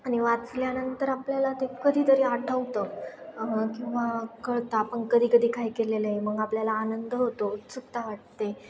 आणि वाचल्यानंतर आपल्याला ते कधीतरी आठवतं किंवा कळतं आपण कधी कधी काय केलेलं आहे मग आपल्याला आनंद होतो उत्सुकता वाटते